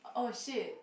oh shit